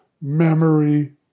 memory